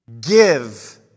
give